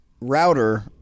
Router